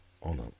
On